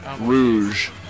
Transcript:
rouge